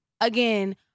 again